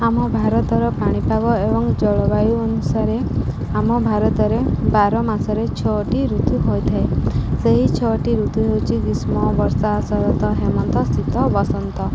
ଆମ ଭାରତର ପାଣିପାଗ ଏବଂ ଜଳବାୟୁ ଅନୁସାରେ ଆମ ଭାରତରେ ବାର ମାସରେ ଛଅଟି ଋତୁ ହୋଇଥାଏ ସେହି ଛଅଟି ଋତୁ ହେଉଛି ଗ୍ରୀଷ୍ମ ବର୍ଷା ଶରତ ହେମନ୍ତ ଶୀତ ବସନ୍ତ